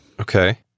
Okay